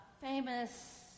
famous